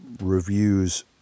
reviews